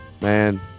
Man